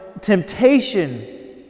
temptation